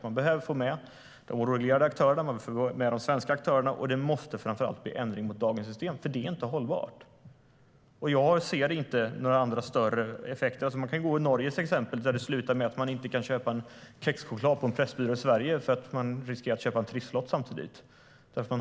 Vi behöver få med de oreglerade aktörerna och de svenska aktörerna, och det måste framför allt bli ändring jämfört med dagens system, för det är inte hållbart. Jag ser inte några andra större effekter. Exemplet Norge har slutat med att man inte kan köpa en kexchoklad på Pressbyrån i Sverige för då riskerar man att köpa en trisslott samtidigt.